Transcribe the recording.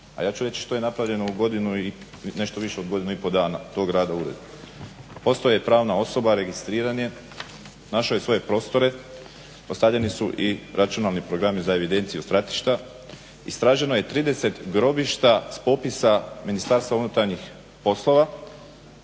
A ja ću reći što je napravljeno u godinu i nešto više od godinu i pol dana od tog rada u uredu. Ostao je pravna osoba, registriran je, našao je svoje prostore. Postavljeni su i računalni programi za evidenciju stratišta. Istraženo je 30 grobišta s popisa Ministarstva unutarnjih poslova